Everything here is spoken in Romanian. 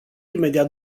imediat